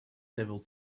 several